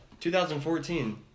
2014